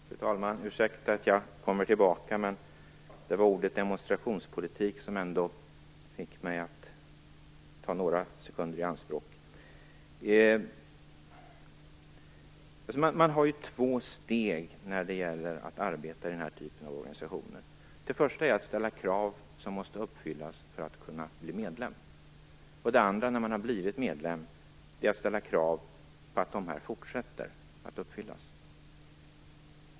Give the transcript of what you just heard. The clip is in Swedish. Fru talman! Ursäkta att jag kom tillbaka, men ordet demonstrationspolitik fick mig att vilja ta några sekunder i anspråk. Det finns två steg när det gäller att arbeta i den här typen av organisationer. Det första är krav som måste uppfyllas för att man skall kunna bli medlem. Det andra steget - när man har blivit medlem - är att kraven uppfylls även fortsättningsvis.